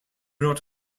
not